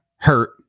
hurt